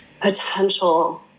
potential